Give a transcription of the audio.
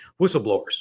whistleblowers